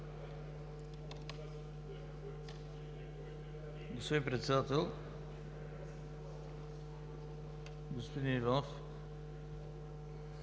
Господин Председател, господин Иванов,